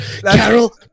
Carol